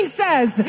says